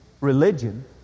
religion